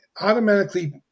automatically